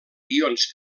guions